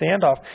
standoff